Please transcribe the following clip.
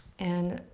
and,